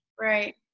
Right